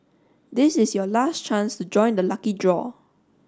this is your last chance to join the lucky draw